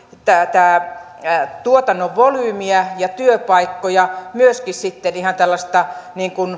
tuotannon volyymia ja työpaikkoja myöskin ihan tällaista